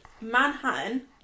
Manhattan